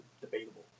debatable